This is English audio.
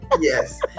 Yes